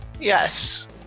Yes